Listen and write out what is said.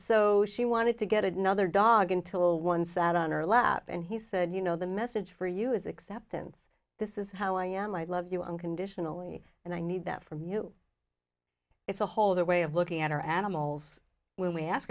so she wanted to get another dog until one sat on her lap and he said you know the message for you is acceptance this is how i am i love you unconditionally and i need that from you it's a whole their way of looking at our animals when we ask